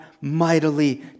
mightily